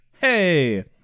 Hey